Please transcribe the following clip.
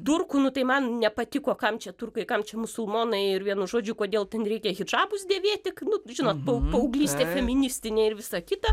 turkų nu tai man nepatiko kam čia turkai kam čia musulmonai ir vienu žodžiu kodėl ten reikia hidžabus dėvėti nu žinot pau paauglystė feministinė ir visa kita